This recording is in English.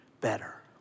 better